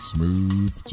Smooth